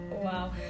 wow